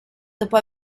dopo